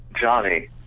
Johnny